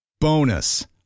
Bonus